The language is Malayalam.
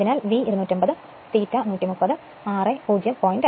അതിനാൽ V 250 ∅ 130 ra 0